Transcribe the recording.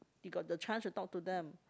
you got the chance to talk to them